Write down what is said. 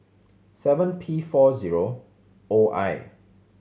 seven P four zero O I